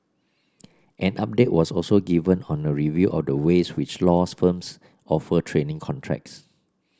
an update was also given on a review of the ways which laws firms offer training contracts